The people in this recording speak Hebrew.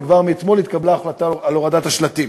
וכבר אתמול התקבלה החלטה על הורדת השלטים.